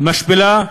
משפילה,